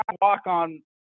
walk-on